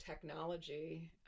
Technology